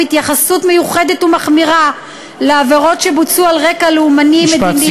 התייחסות מיוחדת ומחמירה לעבירות שבוצעו על רקע לאומני-מדיני,